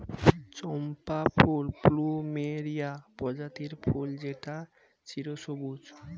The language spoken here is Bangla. চম্পা ফুল প্লুমেরিয়া প্রজাতির ফুল যেটা চিরসবুজ